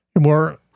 more